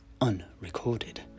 unrecorded